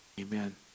Amen